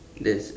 that's